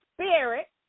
spirit